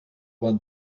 bon